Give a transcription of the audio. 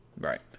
Right